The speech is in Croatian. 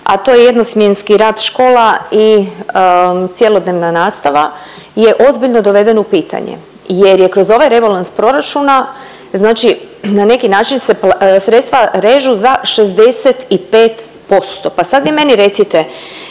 a to jednosmjenski rad škola i cjelodnevna nastava je ozbiljno doveden u pitanje jer je kroz ovaj rebalans proračuna znači na neki način se sredstva režu za 65%. Pa sad vi meni recite